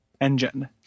engine